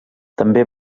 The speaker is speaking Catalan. també